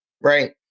Right